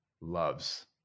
loves